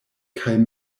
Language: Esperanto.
kaj